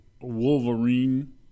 Wolverine